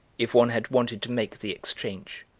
if one had wanted to make the exchange.